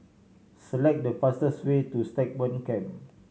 select the fastest way to Stagmont Camp